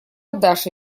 даша